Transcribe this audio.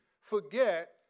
forget